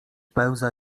pełza